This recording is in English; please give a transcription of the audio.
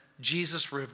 Jesus